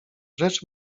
rzecz